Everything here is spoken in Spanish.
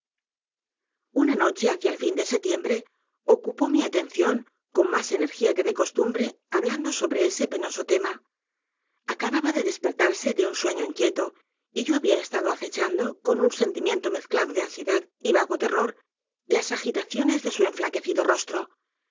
una noche hacia el fin de setiembre ocupó mi atención con más energía que de costumbre hablando sobre ese penoso tema acababa de despertarse de un sueño inquieto y yo había estado acechando con un sentimiento mezclado de ansiedad y vago terror las agitaciones de su enflaquecido rostro